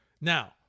Now